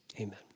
Amen